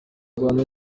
rwanda